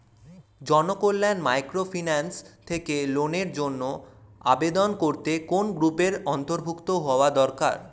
Janakalyan microfinance থেকে লোনের জন্য আবেদন করতে কোন গ্রুপের অন্তর্ভুক্ত হওয়া দরকার?